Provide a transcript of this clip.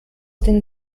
den